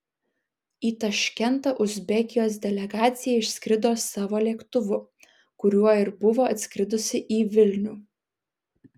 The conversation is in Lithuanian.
į taškentą uzbekijos delegacija išskrido savo lėktuvu kuriuo ir buvo atskridusi į vilnių